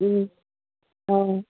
অঁ